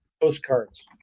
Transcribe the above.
postcards